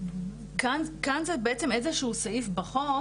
כאן זה בעצם איזה שהוא סעיף בחוק